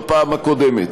בפעם הקודמת.